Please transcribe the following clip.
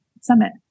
Summit